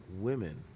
women